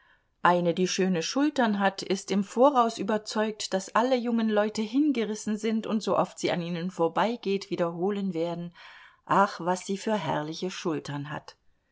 eine die schöne schultern hat ist im voraus überzeugt daß alle jungen leute hingerissen sind und sooft sie an ihnen vorbeigeht wiederholen werden ach was sie für herrliche schultern hat